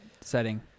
setting